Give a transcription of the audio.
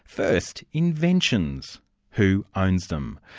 first, inventions who owns them?